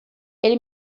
ele